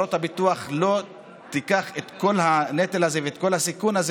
שחברות הביטוח לא ייקחו את כל הנטל הזה ואת כל הסיכון הזה